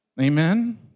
Amen